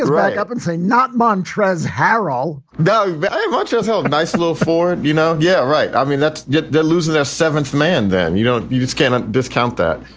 like up and say, not montreaux harrell, though very much yourself a nice little for, you know. yeah. right. i mean, that's they're losing their seventh man. then you don't you can't discount that.